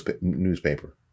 newspaper